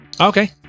okay